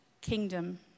kingdom